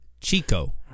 Chico